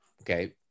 okay